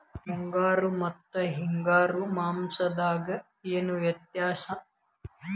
ಮುಂಗಾರು ಮತ್ತ ಹಿಂಗಾರು ಮಾಸದಾಗ ಏನ್ ವ್ಯತ್ಯಾಸ?